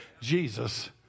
Jesus